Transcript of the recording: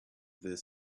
this